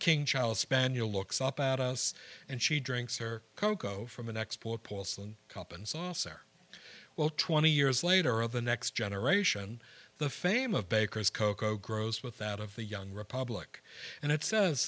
king charles spaniel looks up out us and she drinks her cocoa from an export paulson cup and saucer well twenty years later of the next generation the fame of baker's cocoa grows with that of the young republic and it says